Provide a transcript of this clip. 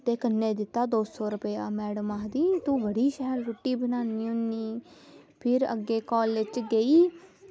ते कन्नै दित्ता दौ सौ रपेआ कन्नै आक्खदी तू बड़ी शैल रुट्टी बनानी होन्नी फिर अग्गें कॉलेज़ च गेई